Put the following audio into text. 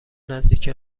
نزدیک